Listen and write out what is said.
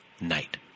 night